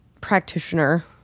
practitioner